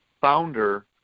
founder